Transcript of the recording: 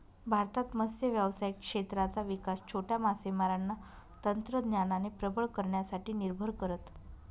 भारतात मत्स्य व्यावसायिक क्षेत्राचा विकास छोट्या मासेमारांना तंत्रज्ञानाने प्रबळ करण्यासाठी निर्भर करत